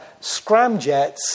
scramjets